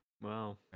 Wow